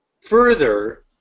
Further